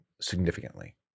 significantly